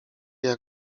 jak